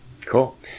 Cool